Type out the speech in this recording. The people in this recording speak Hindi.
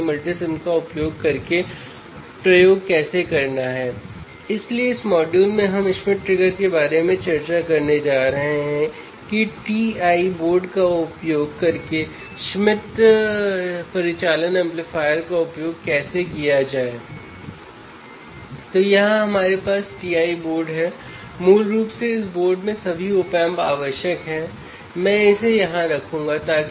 अब उच्च कॉमन मोड रिजेक्शन रेशियो इस एम्पलीफायर को छोटे संकेतों को पुन प्राप्त करने में बहुत उपयोगी बनाता है